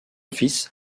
fils